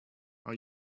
are